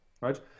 right